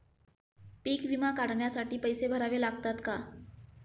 पीक विमा काढण्यासाठी पैसे भरावे लागतात का?